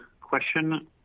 question